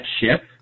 ship